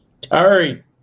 terry